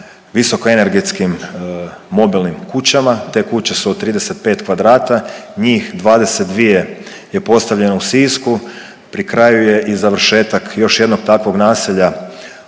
visokoenergetskim mobilnim kućama, te kuće su od 35 kvadrata, njih 22 je postavljeno u Sisku. Pri kraju je i završetak još jednog takvog naselja